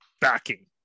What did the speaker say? backing